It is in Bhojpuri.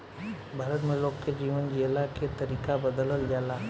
भारत में लोग के जीवन जियला के तरीका बदलल जाला